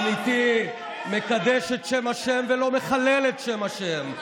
ימין אמיתי מקדש את שם השם ולא מחלל את שם השם.